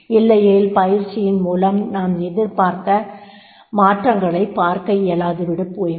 இல்லையேல் பயிற்சியின் மூலம் நாம் எதிர்பார்த்த மாற்றங்களைப் பார்க்க இயலாது போய்விடும்